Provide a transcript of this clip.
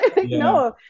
No